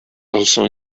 also